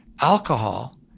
Alcohol